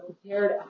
prepared